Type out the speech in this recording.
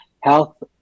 health